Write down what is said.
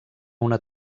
una